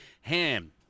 Ham